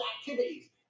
Activities